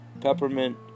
Peppermint